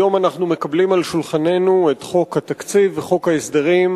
היום אנחנו מקבלים על שולחננו את חוק התקציב וחוק ההסדרים.